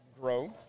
grow